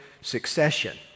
succession